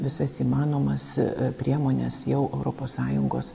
visas įmanomas priemones jau europos sąjungos